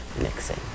mixing